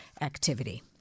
activity